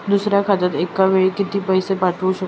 दुसऱ्या खात्यात एका वेळी किती पैसे पाठवू शकतो?